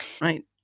right